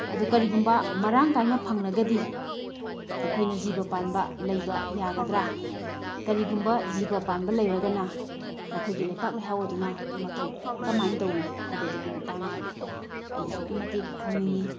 ꯑꯗꯨ ꯀꯔꯤꯒꯨꯝꯕ ꯃꯔꯥꯡ ꯀꯥꯏꯅ ꯐꯪꯂꯒꯗꯤ ꯑꯩꯈꯣꯏꯅ ꯖꯤꯕꯄꯥꯟꯕ ꯂꯩꯕ ꯌꯥꯒꯗ꯭ꯔꯥ ꯀꯔꯤꯒꯨꯝꯕ ꯖꯤꯕ ꯄꯥꯟꯕ ꯂꯩꯔꯒꯅ ꯃꯈꯣꯏꯒꯤ ꯂꯩꯄꯥꯛ ꯂꯩꯍꯥꯎ ꯑꯗꯨꯅ ꯃꯇꯧ ꯀꯔꯝꯍꯥꯏꯅ ꯇꯧꯏ ꯍꯥꯏꯕꯗꯨꯒꯤ ꯃꯇꯥꯡꯗ ꯑꯩ ꯑꯁꯨꯛꯀꯤ ꯃꯇꯤꯛ ꯈꯪꯅꯤꯡꯏ